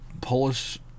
Polish